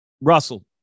Russell